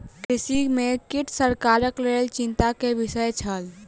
कृषि में कीट सरकारक लेल चिंता के विषय छल